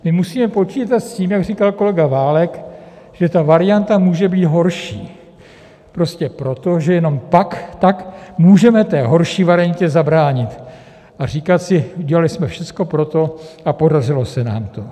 My musíme počítat s tím, jak říkal kolega Válek, že ta varianta může být horší, prostě proto, že jenom tak můžeme té horší variantě zabránit a říkat si: udělali jsme všecko pro to a podařilo se nám to.